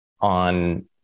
on